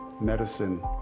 medicine